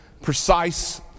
precise